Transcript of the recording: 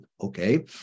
Okay